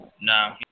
No